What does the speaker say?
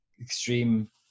extreme